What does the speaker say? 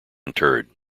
interred